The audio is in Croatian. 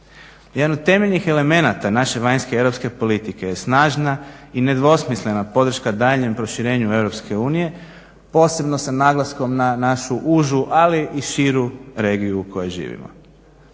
Jedan od temeljnih elemenata naše vanjske europske politike je snažna i nedvosmislena podrška daljnjem proširenju EU, posebno sa naglaskom na našu užu ali i širu regiju u kojoj živimo.